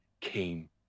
came